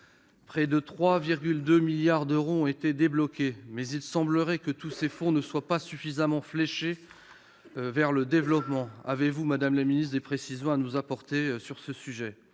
Près de 3,2 milliards d'euros ont été débloqués, mais il semblerait que ces fonds ne soient pas suffisamment fléchés vers le développement. Avez-vous, madame la ministre, des précisions à apporter sur ce sujet ?